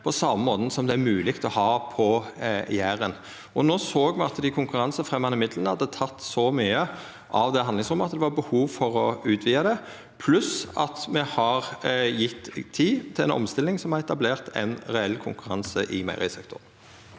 på same måten som det er mogleg å ha det på Jæren. No såg me at dei konkurransefremjande midlane hadde teke så mykje av handlingsrommet at det var behov for å utvida det – pluss at me har gjeve tid til ei omstilling som har etablert ein reell konkurranse i meierisektoren.